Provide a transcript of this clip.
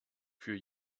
für